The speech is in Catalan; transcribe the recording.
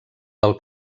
del